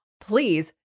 please